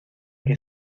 que